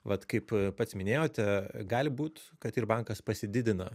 vat kaip pats minėjote gali būt kad ir bankas pasididina